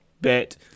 Bet